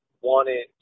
wanted